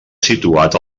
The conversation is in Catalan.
situat